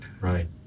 Right